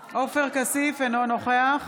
כסיף, אינו נוכח